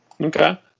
Okay